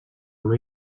una